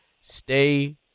stay